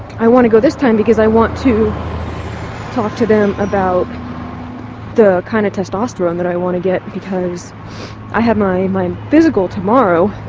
i want to go this time because i want to talk to them about the kind of testosterone that i want to get because i have my my physical tomorrow